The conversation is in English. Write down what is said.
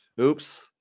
Oops